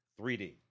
3D